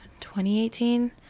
2018